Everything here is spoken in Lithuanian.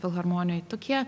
filharmonijoj tokie